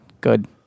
Good